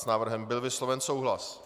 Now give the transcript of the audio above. S návrhem byl vysloven souhlas.